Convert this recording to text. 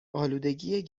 آلودگی